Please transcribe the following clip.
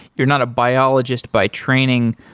you're not a biologist by training.